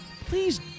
please